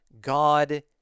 God